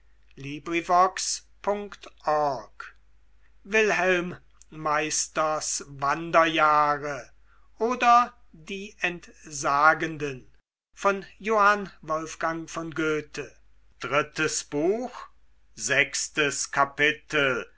wilhelm meisters wanderjahre oder die entsagenden